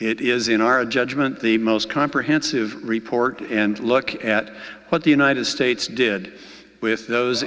it is in our judgment the most comprehensive report and look at what the united states did with those